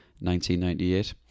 1998